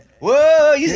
Whoa